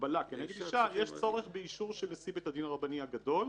הגבלה כנגד אישה יש צורך באישור של נשיא בית הדין הרבני הגדול,